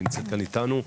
נמצאת כאן איתנו.